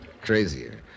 Crazier